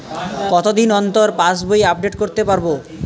কতদিন অন্তর পাশবই আপডেট করতে পারব?